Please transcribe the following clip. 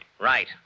Right